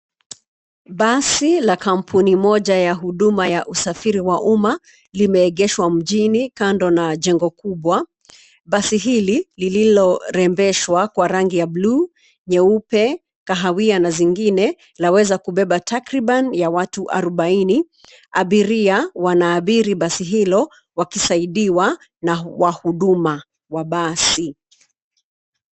Basi la kampuni moja ya huduma ya usafiri wa umma limeengeshwa mjini kando na jengo kubwa. Basi hili lilorembeshwa kwa rangi ya buluu, nyeupe, kahawia na zingine laweza kubeba takriban ya watu arubaini. Abiria wanaabiri basi hilo wakisaidiwa na wahuduma wa basi.